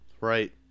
Right